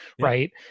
right